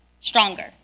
stronger